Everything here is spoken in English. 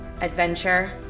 Adventure